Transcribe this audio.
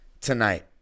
tonight